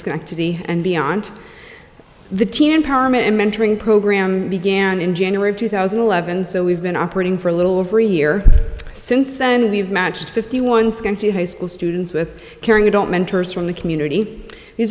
schenectady and beyond the teen empowerment and mentoring program began in january of two thousand and eleven so we've been operating for a little over a year since then we've matched fifty one skin to high school students with caring adult mentors from the community